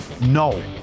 No